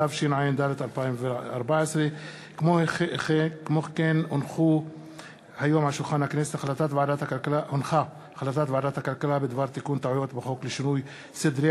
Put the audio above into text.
התשע"ד 2014. החלטת ועדת הכלכלה בדבר תיקון טעויות בחוק לשינוי סדרי